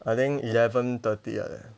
I think eleven thirty like that